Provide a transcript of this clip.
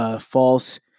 false